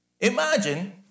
imagine